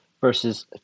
versus